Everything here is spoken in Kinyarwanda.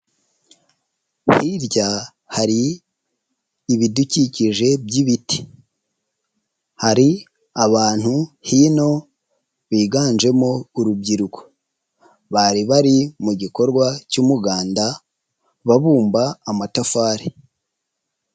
Hirya hari ibidukikije by'ibiti, hari abantu hino biganjemo urubyiruko, bari bari mu gikorwa cy'umuganda babumba amatafari.